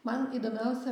man įdomiausia